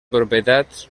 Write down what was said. propietats